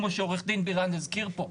כמו שעו"ד בירן הזכיר פה.